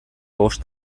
bost